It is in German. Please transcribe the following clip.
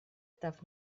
darf